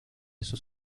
sus